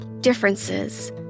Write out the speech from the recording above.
differences